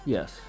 Yes